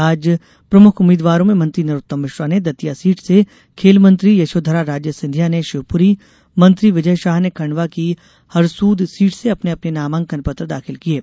आज प्रमुख उम्मीदवारों में मंत्री नरोत्तम मिश्रा ने दतिया सीट से खेल मंत्री यशोधरा राजे सिंधिया ने शिवपुरी मंत्री विजय शाह ने खंडवा की हरसूद सीट से अपने अपने नामांकन पत्र दाखिल किये